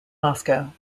moscow